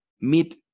Meet